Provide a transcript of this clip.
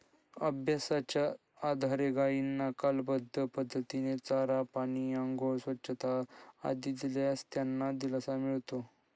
अभ्यासाच्या आधारे गायींना कालबद्ध पद्धतीने चारा, पाणी, आंघोळ, स्वच्छता आदी दिल्यास त्यांना दिलासा मिळतो